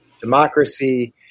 democracy